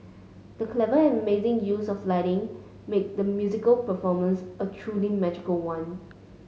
the clever and amazing use of lighting made the musical performance a truly magical one